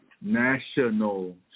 National